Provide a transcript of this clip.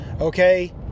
Okay